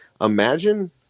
imagine